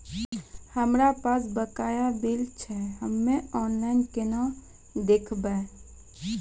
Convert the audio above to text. हमरा पास बकाया बिल छै हम्मे ऑनलाइन केना देखबै?